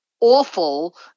awful